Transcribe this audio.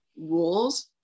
rules